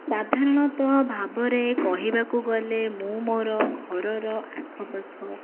ସାଧାରଣତଃ ଭାବରେ କହିବାକୁ ଗଲେ ମୁଁ ମୋର ଘରର ଆଖପାଖ